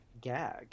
gag